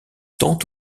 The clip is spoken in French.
tant